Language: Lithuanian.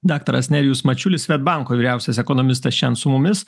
daktaras nerijus mačiulis swedbanko vyriausias ekonomistas šian su mumis